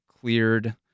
cleared